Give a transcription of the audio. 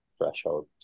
threshold